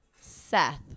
Seth